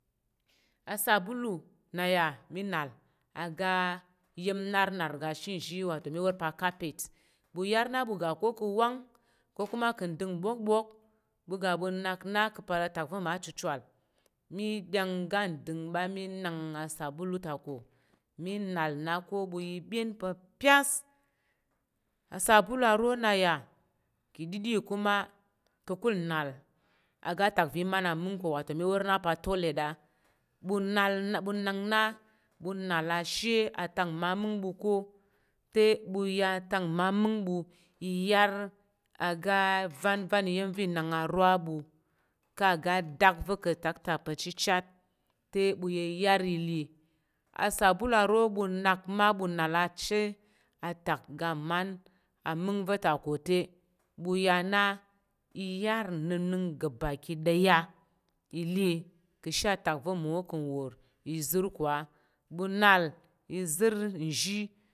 Asabolu na ya mi nal oga iya̱m no nor ga shizhi wa tomiwaor pa̱ acapa ɓu yar na ɓu ka̱ ko wang ko kuma kəng dəng bwakbwak ɓu ga ɓu nak nak pal atak va̱ ma chuchal mi dang gan ndəng ɓa mi nal a saboli tako minal nako ɓu ibyen pa̱ pyes asabulu aro na ya ka̱ ɗiɗi kuma kakul nal aga tak. Va̱ man amung ko wa to mi wor na pa̱ atoilet a ɓu nal ɓu nak na ɓu nal ashe a tak mamung ɓu ka̱t te ɓu ya tak mamung ɓu i yar a- ga vəvən iyin va̱ inak a ruwa aɓu ka ga dak va̱ ka̱ tak ta pe chichat te ɓu ya iyar ile asabolu aro bu nak mabu nal a che a tak ga mang a man ve ta ko te bu ya na i yar nəning ga bakiɗaya ile kashe atak va̱ mmawo ka̱ wor izər ko a ɓu nal izər nzhi